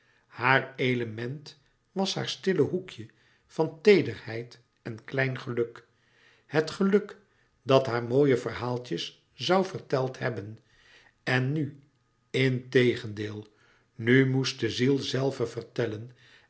haar element was haar stille hoekje van teederheid en klein geluk het geluk dat haar mooie verhaaltjes zoû verteld hebben en nu integendeel nu moest de ziel zelve vertellen